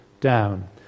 down